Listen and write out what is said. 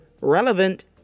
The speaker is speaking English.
relevant